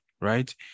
right